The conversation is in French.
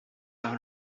par